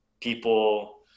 people